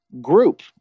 group